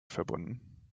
verbunden